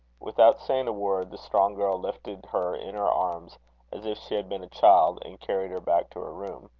without saying a word, the strong girl lifted her in her arms as if she had been a child, and carried her back to her room.